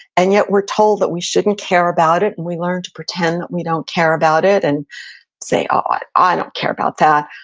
and yet we're told that we shouldn't care about it, and we learn to pretend that we don't care about it and say, oh, i don't care about that.